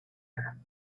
her